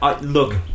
Look